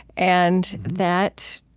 and that,